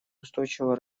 устойчивого